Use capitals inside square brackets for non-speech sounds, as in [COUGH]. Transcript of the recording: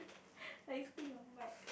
[LAUGHS] but it's too